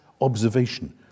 observation